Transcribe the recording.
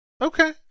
Okay